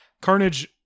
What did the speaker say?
Carnage